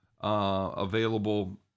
available